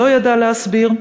לא ידע להסביר?